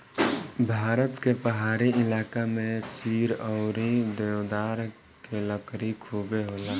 भारत के पहाड़ी इलाका में चीड़ अउरी देवदार के लकड़ी खुबे होला